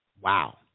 Wow